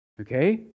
Okay